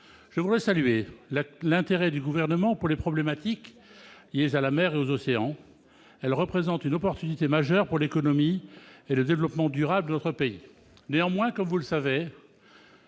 pour saluer l'intérêt du Gouvernement pour les problématiques liées à la mer et aux océans, qui représentent une opportunité majeure pour l'économie et le développement durable de notre pays. Néanmoins, comme vous le savez,